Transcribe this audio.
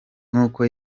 nkuko